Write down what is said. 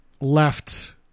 left